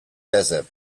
desert